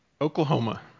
Oklahoma